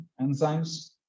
enzymes